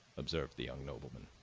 observed the young nobleman.